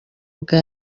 bwa